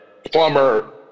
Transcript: Plumber